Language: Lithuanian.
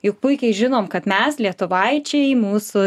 juk puikiai žinom kad mes lietuvaičiai mūsų